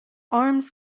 arms